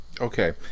Okay